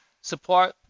Support